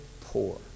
poor